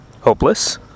hopeless